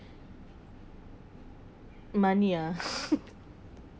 money ah